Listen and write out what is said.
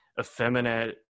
effeminate